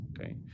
okay